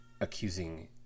accusing